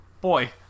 Boy